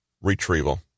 Retrieval